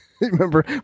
Remember